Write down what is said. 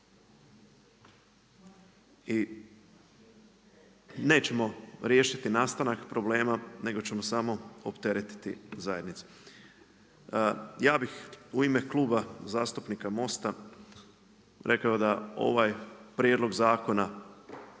I nećemo riješiti nastanak problema nego ćemo samo opteretiti zajednicu. Ja bih u ime Kluba zastupnika Most-a rekao da ovaj prijedlog zakona